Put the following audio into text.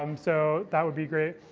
um so that would be great.